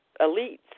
elites